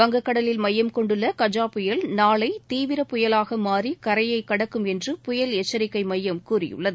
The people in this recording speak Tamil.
வங்கக் கடலில் மையம் கொண்டுள்ள கஜா புயல் நாளை தீவிர புயலாக மாறி கரையைக் கடக்கும் என்று புயல் எச்சரிக்கை மையம் கூறியுள்ளது